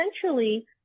essentially